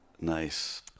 Nice